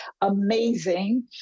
amazing